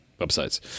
websites